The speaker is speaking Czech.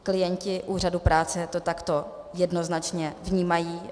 Klienti úřadu práce to takto jednoznačně vnímají.